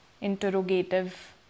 interrogative